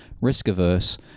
risk-averse